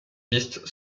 piste